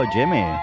Jimmy